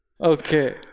okay